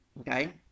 Okay